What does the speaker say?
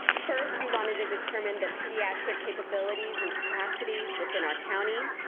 first, we wanted to determine the pediatric capabilities and capacities within our county,